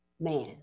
Man